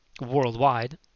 worldwide